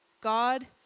God